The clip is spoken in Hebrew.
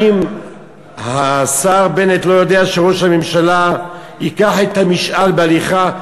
האם השר בנט לא יודע שראש הממשלה ייקח את המשאל בהליכה?